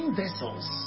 vessels